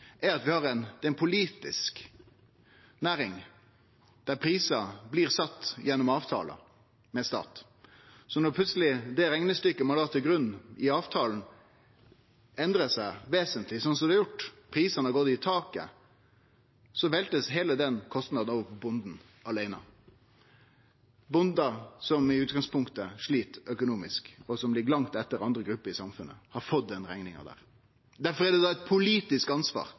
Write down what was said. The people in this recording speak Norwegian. er at det er ei politisk næring der prisar bli sette gjennom avtalar med staten. Så når det reknestykket ein la til grunn i avtalen, plutseleg endrar seg vesentleg, som det har gjort – prisane har gått i taket – blir heile kostnaden velta over på bonden aleine. Bønder som i utgangspunktet slit økonomisk, og som ligg langt etter andre grupper i samfunnet, har fått den rekninga. Difor er det eit politisk ansvar